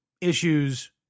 issues